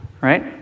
Right